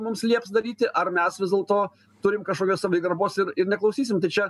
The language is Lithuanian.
mums lieps daryti ar mes vis dėlto turim kažkokios savigarbos ir ir neklausysim tai čia